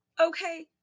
okay